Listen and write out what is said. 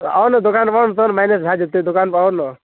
तऽ आउ ने दोकान बन्द सब मैनेज भऽ जेतै दोकानपर आउ ने